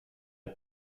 het